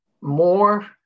more